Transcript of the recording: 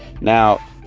Now